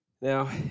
Now